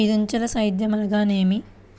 ఐదంచెల సేద్యం అనగా నేమి?